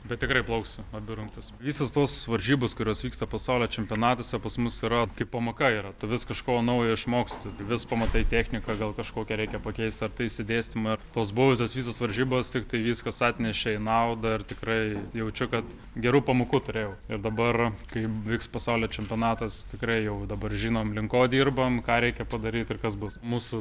bet tikrai plauksiu abi rungtis visos tos varžybos kurios vyksta pasaulio čempionatuose pas mus yra kaip pamoka yra tu vis kažko naujo išmoksti vis pamatai techniką gal kažkokią reikia pakeis ar išsidėstymą tos buvusios visos varžybos tiktai viskas atnešė naudą ir tikrai jaučiu kad gerų pamokų turėjau ir dabar kai vyks pasaulio čempionatas tikrai jau dabar žinom link ko dirbam ką reikia padaryt ir kas bus mūsų